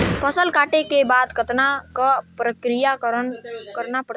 फसल काटे के बाद कतना क प्रक्रिया करना पड़थे?